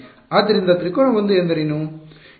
ಆದ್ದರಿಂದ ತ್ರಿಕೋನ 1 ಎಂದರೇನು